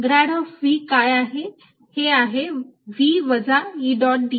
Grad of V काय आहे हे आहे V वजा E डॉट ds